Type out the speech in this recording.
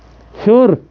ہیٚور